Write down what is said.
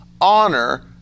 Honor